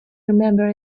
remember